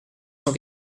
cent